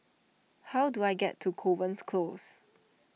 how do I get to Kovan's Close